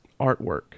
artwork